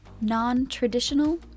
non-traditional